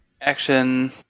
action